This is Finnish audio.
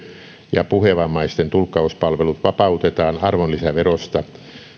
ja puhevammaisten tulkkauspalvelut vapautetaan arvonlisäverosta